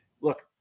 look